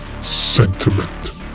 Sentiment